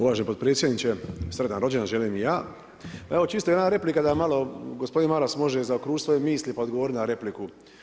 Uvaženi potpredsjedniče, sretan rođendan želim i ja, evo čista jedna replika da malo gospodin Maras može i zaokružiti svoje misli pa odgovoriti na repliku.